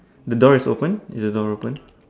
the door is open is the door open